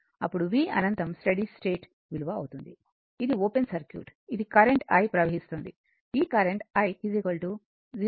అప్పుడు v అనంతం steady state విలువ అవుతుంది ఇది ఓపెన్ సర్క్యూట్ ఇది కరెంటు I ప్రవహిస్తోంది ఈ కరెంటు i 0